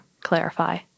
clarify